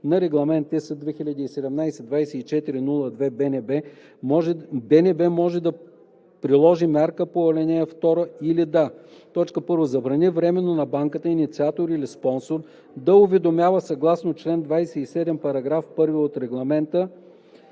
на Регламент (ЕС) 2017/2402, БНБ може да приложи мярка по ал. 2 или да: 1. забрани временно на банката инициатор или спонсор да уведомява съгласно чл. 27, параграф 1 от Регламент